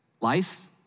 life